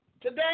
today